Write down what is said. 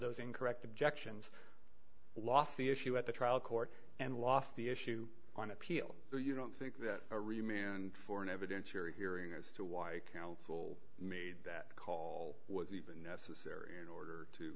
those incorrect objections last the issue at the trial court and lost the issue on appeal so you don't think that a room in for an evidentiary hearing as to why counsel made that call was even necessary in order to